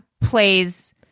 plays